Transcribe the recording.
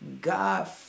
God